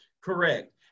Correct